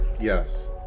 Yes